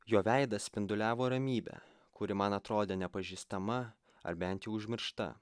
jo veidas spinduliavo ramybe kuri man atrodė nepažįstama ar bent jau užmiršta